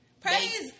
praise